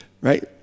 right